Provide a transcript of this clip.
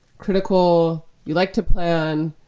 critical. you'd like to plan,